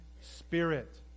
spirit